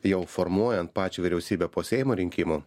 jau formuojant pačią vyriausybę po seimo rinkimų